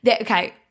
Okay